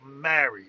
married